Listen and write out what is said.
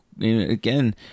Again